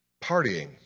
partying